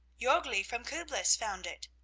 jorgli from kublis found it.